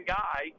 guy